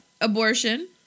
abortion